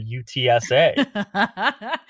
utsa